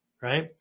right